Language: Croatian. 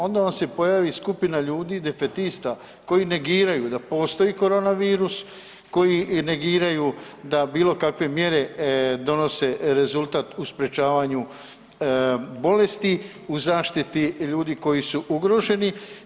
Onda vam se pojavi skupina ljudi, defetista koji negiraju da postoji korona virus, koji negiraju da bilo kakve mjere donose rezultat u sprječavanju bolesti u zaštiti ljudi koji su ugroženi.